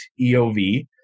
EOV